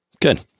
Good